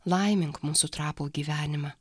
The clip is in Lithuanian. laimink mūsų trapų gyvenimą